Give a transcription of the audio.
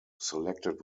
selected